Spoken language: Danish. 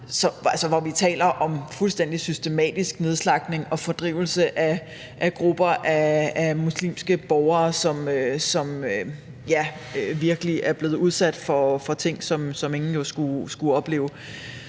om fuldstændig systematisk nedslagtning og fordrivelse af grupper af muslimske borgere, som – ja – virkelig er blevet udsat for ting, som ingen jo skulle opleve.